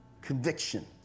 conviction